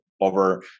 over